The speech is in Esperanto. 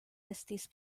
estis